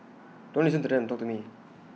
don't listen to them talk to me